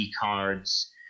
cards